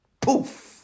poof